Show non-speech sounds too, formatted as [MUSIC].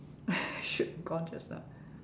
[LAUGHS] should gone just now